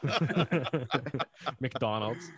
McDonald's